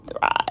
thrive